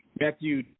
Matthew